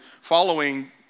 following